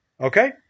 Okay